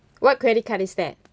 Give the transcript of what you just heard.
what credit card is that